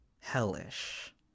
hellish